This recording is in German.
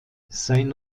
sein